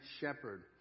shepherd